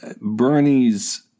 Bernie's